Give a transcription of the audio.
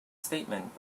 statement